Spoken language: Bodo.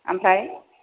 आमफ्राइ